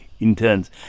Interns